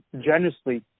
generously